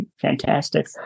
fantastic